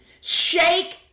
Shake